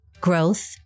growth